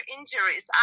injuries